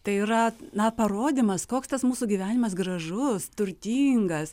tai yra na parodymas koks tas mūsų gyvenimas gražus turtingas